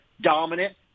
dominant